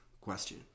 question